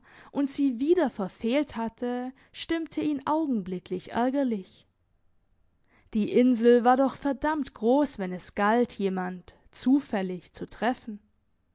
und sie wieder verfehlt hatte stimmte ihn augenblicklich ärgerlich die insel war doch verdammt gross wenn es galt jemand zufällig zu treffen